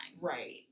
Right